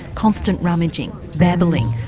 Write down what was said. constant rummaging, babbling,